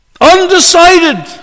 Undecided